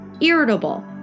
irritable